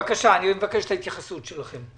בבקשה, אני מבקש את ההתייחסות שלכם.